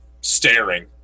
staring